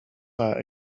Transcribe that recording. are